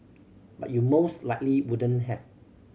but you most likely wouldn't have